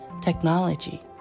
technology